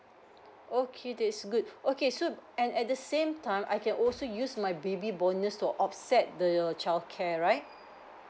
okay that's good okay so and at the same time I can also use my baby bonus to offset the childcare right